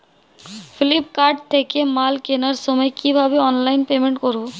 Flipkart থেকে মাল কেনার সময় কিভাবে অনলাইনে পেমেন্ট করব?